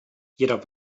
jeder